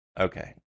Okay